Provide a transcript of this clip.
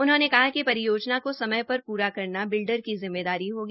उन्होंने कहा कि परियोजना को समय पर पूरा करना बिल्डर की जिममेदारी होगी